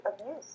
abuse